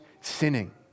sinning